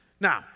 Now